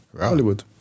Hollywood